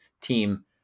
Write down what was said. team